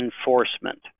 enforcement